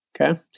Okay